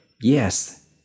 yes